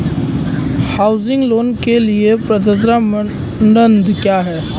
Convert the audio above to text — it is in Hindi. हाउसिंग लोंन के लिए पात्रता मानदंड क्या हैं?